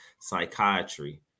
Psychiatry